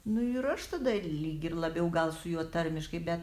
nu ir aš tada lyg ir labiau gal su juo tarmiškai bet